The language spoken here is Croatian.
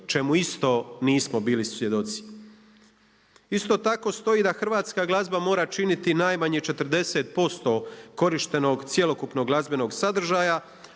čemu isto nismo bili svjedoci. Isto tako stoji da hrvatska glazba mora činiti najmanje 40% korištenog cjelokupnog glazbenog sadržaja,